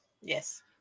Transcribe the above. Yes